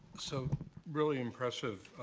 so really impressive,